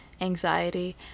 anxiety